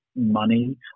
Money